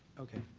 okay.